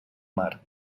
mar